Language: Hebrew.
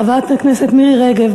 חברת הכנסת מירי רגב,